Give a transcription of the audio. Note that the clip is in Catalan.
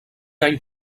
any